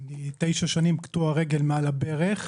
ואני תשע שנים קטוע רגל מעל הברך.